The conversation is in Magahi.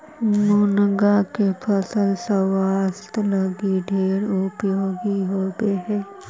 मुनगा के फल स्वास्थ्य लागी ढेर उपयोगी होब हई